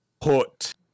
put